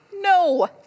No